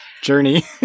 journey